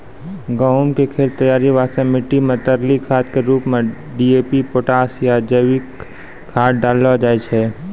गहूम के खेत तैयारी वास्ते मिट्टी मे तरली खाद के रूप मे डी.ए.पी पोटास या जैविक खाद डालल जाय छै